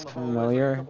familiar